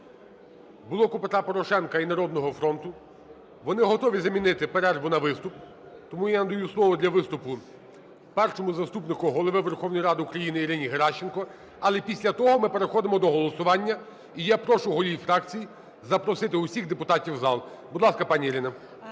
"Блоку Петра Порошенка" і "Народного фронту". Вони готові замінити перерву на виступ. Тому я надаю слово для виступу Першому заступнику Голови Верховної Ради України Ірині Геращенко. Але після того ми переходимо до голосування. І я прошу голів фракцій запросити всіх депутатів у зал. Будь ласка, пані Ірино.